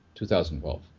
2012